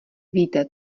víte